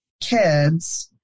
kids